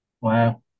Wow